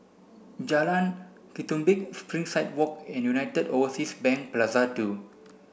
Jalan Ketumbit Springside Walk and United Overseas Bank Plaza Two